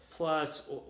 Plus